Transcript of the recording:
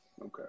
Okay